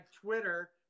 Twitter